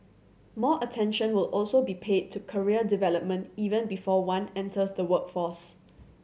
more attention will also be paid to career development even before one enters the workforce